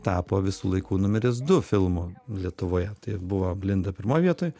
tapo visų laikų numeris du filmu lietuvoje tai buvo blinda pirmoj vietoj